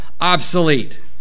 obsolete